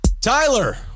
Tyler